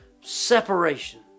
separation